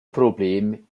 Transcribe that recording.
problem